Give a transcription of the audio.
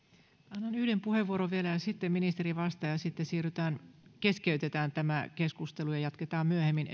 annan yhden puheenvuoron vielä sitten ministeri vastaa ja sitten keskeytetään tämä keskustelu ja jatketaan myöhemmin